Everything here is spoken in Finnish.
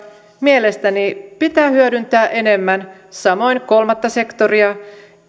mielestäni pitää hyödyntää enemmän samoin kolmatta sektoria